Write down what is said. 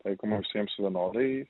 taikoma visiems vienodai